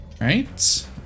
right